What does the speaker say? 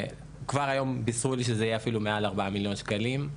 כבר היום בישרו לי שהתקציב יהיה אפילו מעל ל-4 מיליון שקלים,